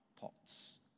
thoughts